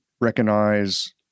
recognize